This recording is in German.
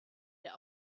der